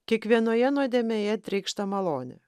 kiekvienoje nuodėmėje trykšta malonė